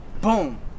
Boom